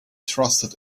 trusted